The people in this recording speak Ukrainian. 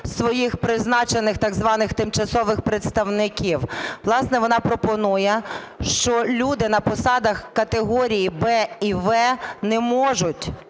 своїх призначених так званих тимчасових представників. Власне, вона пропонує, що люди на посадах категорій "Б" і "В" не можуть